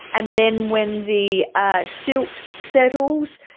and then when the ah silt settles,